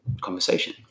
conversation